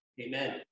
Amen